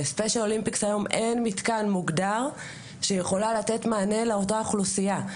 לספיישל אולימפיקס היום אין מתקן מוגדר שיכול לתת מענה לאותה אוכלוסייה.